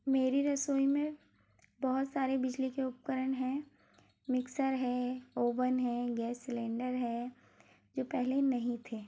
मेरी रसोई में बहुत सारे बिजली के उपकरण हैं मिक्सर है ओवन है गैस सिलेन्डर है जो पहले नहीं थे